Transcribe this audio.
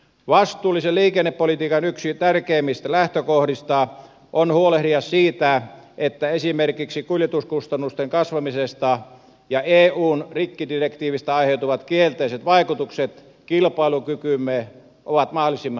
vastuullisen liikennepolitiikan yksi tärkeimmistä lähtökohdista on huolehtia siitä että esimerkiksi kuljetuskustannusten kasvamisesta ja eun rikkidirektiivistä aiheutuvat kielteiset vaikutukset kilpailukykyymme ovat mahdollisimman vähäiset